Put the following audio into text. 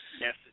Yes